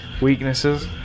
Weaknesses